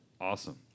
Awesome